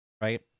right